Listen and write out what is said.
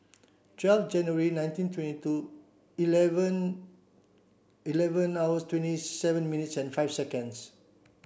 twelve January nineteen twenty two eleven eleven hours twenty seven minutes and five seconds